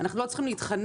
אנחנו לא צריכים להתחנן,